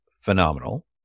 phenomenal